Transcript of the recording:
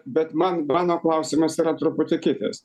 bet man mano klausimas yra truputį kitas